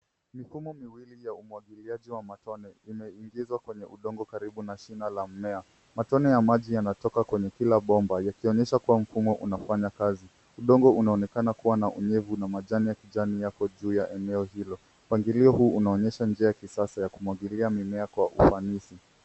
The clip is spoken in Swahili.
Mifumo miwili ya umwagiliaji wa matone imeingizwa kwenye udongo karibu na shina la mmea. Matone ya maji yanatoka kwenye kila bomba yakionyesha kua mfumo unafanya kazi. Udongo unaonekana kua na unyevu na majani ya kijani yapo juu ya eneo hilo. Mpangilio huu unaonyesha njia ya kisasa ya kumwagilia mimea kwa ufanisi.